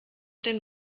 den